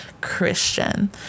Christian